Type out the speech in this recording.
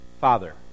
Father